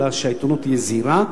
אלא שהעיתונות תהיה זהירה,